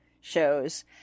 shows